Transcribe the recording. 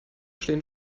stehen